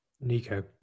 Nico